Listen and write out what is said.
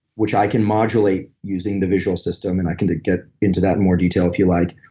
which i can modulate using the visual system, and i can get into that in more detail if you like,